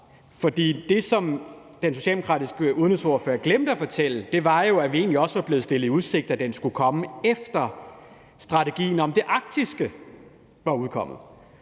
for det, som den socialdemokratiske udenrigsordfører glemte at fortælle, var, at vi egentlig også var blevet stillet i udsigt, at den skulle komme, efter strategien om det arktiske var udkommet.